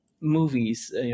movies